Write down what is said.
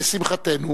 לשמחתנו,